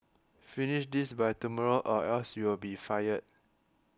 finish this by tomorrow or else you'll be fired